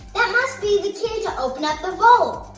that must be the key to open up the vault!